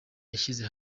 yashyize